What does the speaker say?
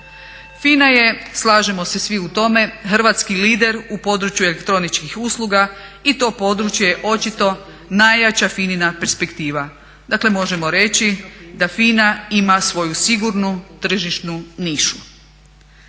FINA je, slažemo se svi u tome, hrvatski leader u području elektroničkih usluga i to područje je očito najjača FINA-ina perspektiva. Dakle možemo reći da FINA ima svoju sigurnu tržišnu nišu.